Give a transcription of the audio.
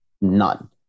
None